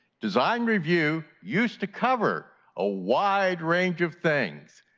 design review used to cover a wide range of things.